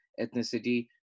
ethnicity